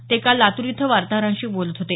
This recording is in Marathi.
ते काल लातूर इथं वार्ताहरांशी बोलत होते